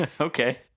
Okay